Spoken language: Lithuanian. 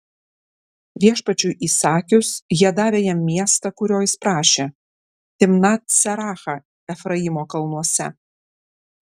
viešpačiui įsakius jie davė jam miestą kurio jis prašė timnat serachą efraimo kalnuose